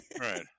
right